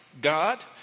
God